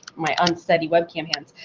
my unsteady webcam hands.